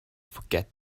forget